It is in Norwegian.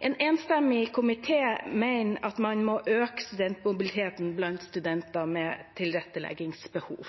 En enstemmig komité mener at man må øke studentmobiliteten blant studenter med tilretteleggingsbehov.